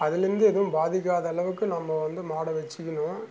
அதுலேருந்து எதுவும் பாதிக்காத அளவுக்கு நம்ம வந்து மாடை வெச்சிக்கணும்